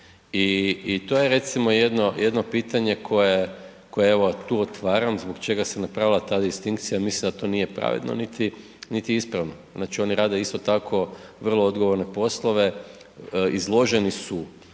i to je recimo jedno, jedno pitanje koje, koje evo tu otvaram, zbog čega se napravila ta distinkcija, mislim da to nije pravedno, niti, niti ispravno, znači oni rade isto tako vrlo odgovorne poslove, izloženi su